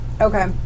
Okay